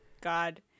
god